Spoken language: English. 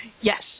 Yes